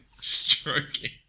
stroking